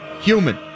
human